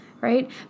Right